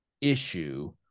issue